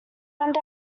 send